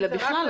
אלא בכלל,